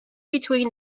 between